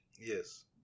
Yes